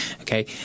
Okay